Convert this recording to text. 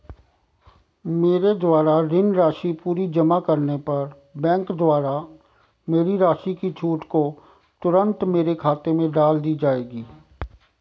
मेरे द्वारा ऋण राशि पूरी जमा करने पर बैंक द्वारा मेरी राशि की छूट को तुरन्त मेरे खाते में डाल दी जायेगी?